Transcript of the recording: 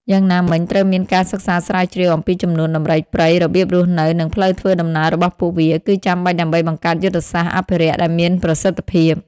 យ៉ាងណាមិញត្រូវមានការសិក្សាស្រាវជ្រាវអំពីចំនួនដំរីព្រៃ របៀបរស់នៅ និងផ្លូវធ្វើដំណើររបស់ពួកវា គឺចាំបាច់ដើម្បីបង្កើតយុទ្ធសាស្ត្រអភិរក្សដែលមានប្រសិទ្ធភាព។